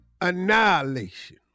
annihilation